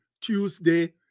Tuesday